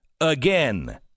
again